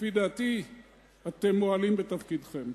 לפי דעתי אתם מועלים בתפקידכם.